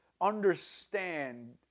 understand